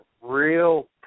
real